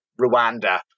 Rwanda